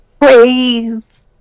please